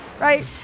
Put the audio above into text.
right